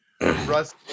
Russ